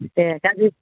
दे गाज्रि